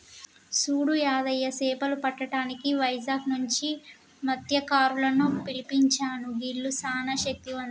సూడు యాదయ్య సేపలు పట్టటానికి వైజాగ్ నుంచి మస్త్యకారులను పిలిపించాను గీల్లు సానా శక్తివంతులు